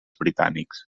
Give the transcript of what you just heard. britànics